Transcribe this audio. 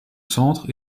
centre